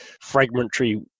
fragmentary